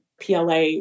PLA